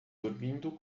dormindo